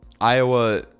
Iowa